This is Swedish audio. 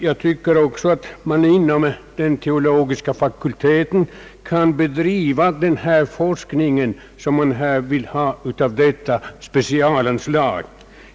Jag tycker att man inom den teologiska fakulteten kan bedriva den forskning, som man vill främja genom detta specialanslag.